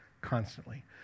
constantly